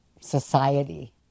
society